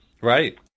Right